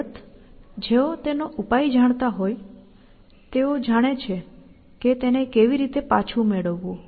અલબત્ત જેઓ તેનો ઉપાય જાણતા હોય છે તેઓ જાણે છે કે તેને કેવી રીતે પાછું મેળવવું